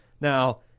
Now